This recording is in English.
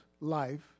life